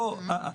בוא,